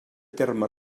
terme